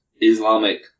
Islamic